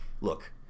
look